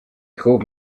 called